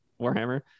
warhammer